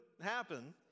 happen